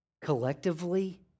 collectively